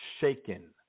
shaken